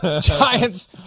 Giants